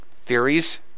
theories